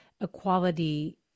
equality